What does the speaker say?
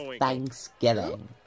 Thanksgiving